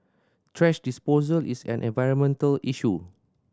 thrash disposal is an environmental issue